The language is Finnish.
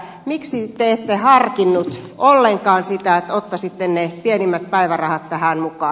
miksi te ette harkinnut ollenkaan sitä että ottaisitte ne pienimmät päivärahat tähän mukaan